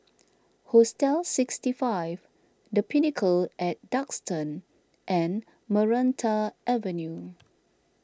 Hostel sixty five the Pinnacle at Duxton and Maranta Avenue